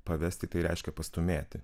pavesti tai reiškia pastūmėti